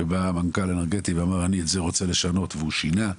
בה המנכ"ל האנרגטי בא ואמר "אני רוצה לשנות את זה" והוא שינה,